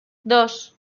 dos